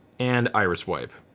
and iris wipe.